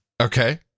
Okay